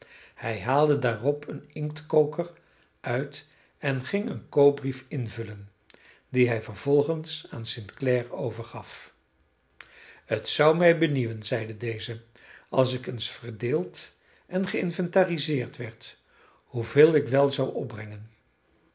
hij haalde daarop een inktkoker uit en ging een koopbrief invullen dien hij vervolgers aan st clare overgaf het zou mij benieuwen zeide deze als ik eens verdeeld en geïnventariseerd werd hoeveel ik wel zou opbrengen